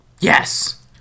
yes